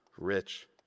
rich